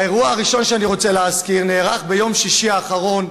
האירוע הראשון שאני רוצה להזכיר נערך ביום שישי האחרון,